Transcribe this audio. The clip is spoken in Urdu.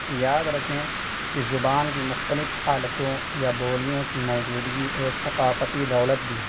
یاد رکھیں کہ زبان کی مختلف حالتوں یا بولیوں کی موجودگی ایک ثقافتی دولت بھی ہے